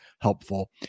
helpful